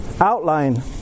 outline